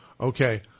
Okay